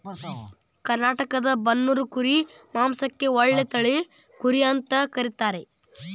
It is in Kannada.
ಕರ್ನಾಟಕದ ಬನ್ನೂರು ಕುರಿ ಮಾಂಸಕ್ಕ ಒಳ್ಳೆ ತಳಿ ಕುರಿ ಅಂತ ಕರೇತಾರ